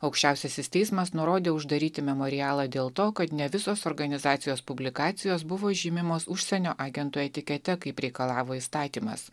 aukščiausiasis teismas nurodė uždaryti memorialą dėl to kad ne visos organizacijos publikacijos buvo žymimos užsienio agentų etikete kaip reikalavo įstatymas